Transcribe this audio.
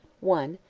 one.